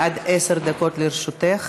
עד עשר דקות לרשותך.